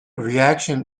reaction